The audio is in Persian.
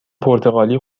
پرتغالی